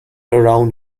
around